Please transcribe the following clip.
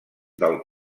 del